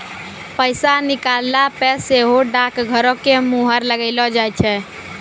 पैसा निकालला पे सेहो डाकघरो के मुहर लगैलो जाय छै